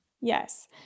Yes